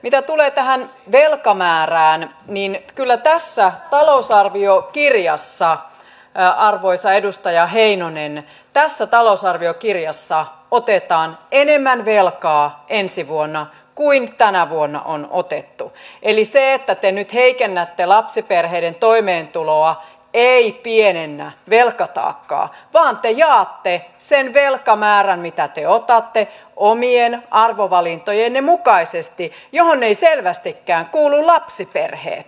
mitä tulee tähän velkamäärään niin kyllä tässä talousarviokirjassa arvoisa edustaja heinonen otetaan enemmän velkaa ensi vuonna kuin tänä vuonna on otettu eli se että te nyt heikennätte lapsiperheiden toimeentuloa ei pienennä velkataakkaa vaan te jaatte sen velkamäärän minkä te otatte omien arvovalintojenne mukaisesti mihin eivät selvästikään kuulu lapsiperheet